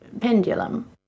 pendulum